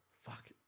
Fuck